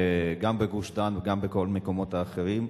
גם בגוש-דן וגם בכל המקומות האחרים.